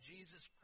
Jesus